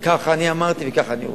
וכך אני אמרתי וככה אני רוצה.